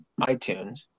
itunes